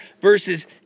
versus